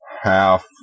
half